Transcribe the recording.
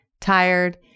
tired